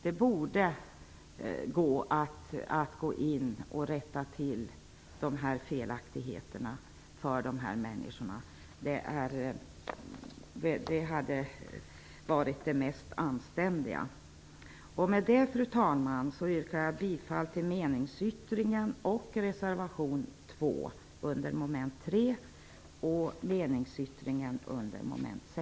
Det borde gå att rätta till felaktigheterna som berör dessa människor. Det hade varit det mest anständiga. Fru talman! Med det yrkar jag bifall till meningsyttringen och reservation 2 under mom. 3